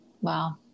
Wow